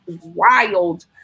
wild